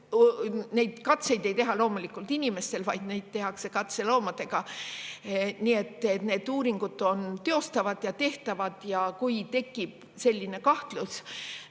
neid katseid ei tehta loomulikult inimestega, vaid neid tehakse katseloomadega. Nii et need uuringud on teostatavad ja tehtavad, ja kui tekib selline kahtlus,